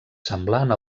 semblant